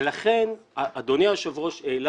לכן אדוני היושב-ראש העלה